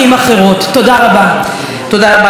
תודה רבה לחברת הכנסת שולי מועלם-רפאלי.